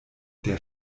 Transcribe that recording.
der